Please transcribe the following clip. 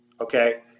okay